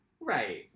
Right